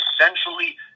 essentially